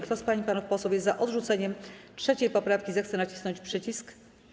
Kto z pań i panów posłów jest za odrzuceniem 3. poprawki, zechce nacisnąć przycisk.